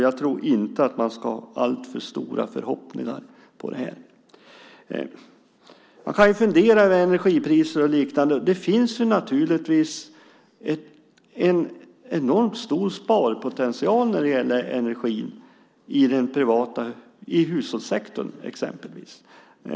Jag tror inte att man ska ha alltför stora förhoppningar på det. Man kan fundera över energipriser och liknande. Det finns en enormt stor sparpotential när det gäller energin i exempelvis hushållssektorn.